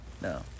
No